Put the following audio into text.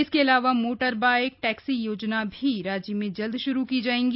इसके अलावा motorbike taxi योजना भी राज्य में जल्द श्रू की जायेगी